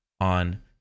on